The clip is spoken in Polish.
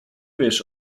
wiesz